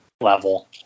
level